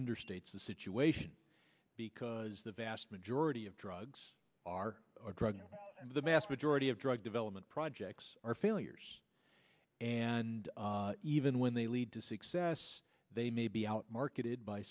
understates the situation because the vast majority of drugs are drugs and the vast majority of drug development projects are failures and even when they lead to success they may be out marketed by